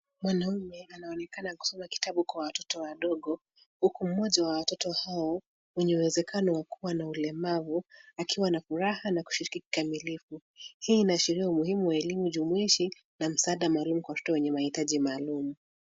Mwanaume anaonekana kusoma kitabu kwa watoto wadogo huku mmoja wa watoto hao wenye uwezekano wa kuwa na ulemavu akiwa na furaha na kushiriki kikamilifu. Hii inaashiria umuhimu wa elimu jumuishi na msaada maalum kwa watoto wenye mahitaji maalum.